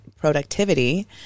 productivity